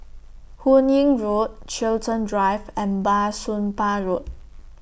Hun Yeang Road Chiltern Drive and Bah Soon Pah Road